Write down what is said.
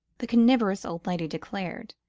the carnivorous old lady declared.